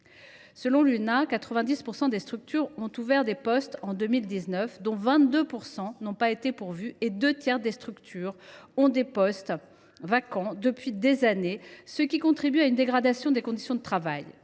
plus de 90 % des structures ont ouvert des postes en 2019, dont 22 % n’ont pas été pourvus, et deux tiers des structures comptent des postes vacants depuis des années, ce qui contribue à une dégradation des conditions de travail,